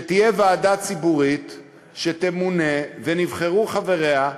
שתהיה ועדה ציבורית שתמונה, ונבחרו חבריה,